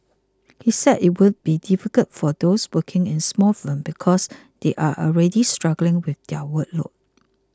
he said it would be difficult for those working in small firms because they are already struggling with their workload